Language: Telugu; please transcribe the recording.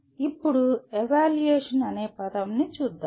ఇప్పుడు ఎవాల్యుయేట్ అనే పదం ని చూద్దాము